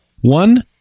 One